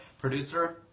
producer